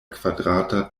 kvadrata